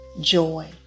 joy